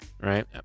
right